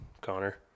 Connor